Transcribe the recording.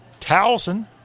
Towson